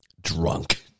drunk